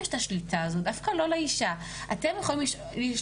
יש עלויות רפואיות,